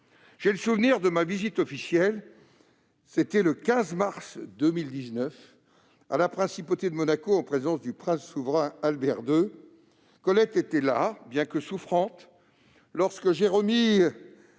J'ai le souvenir de ma visite officielle, les 15 et 16 mars 2019, à la Principauté de Monaco, en présence du Prince souverain Albert II. Colette était là, bien que souffrante, lorsque j'ai